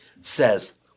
says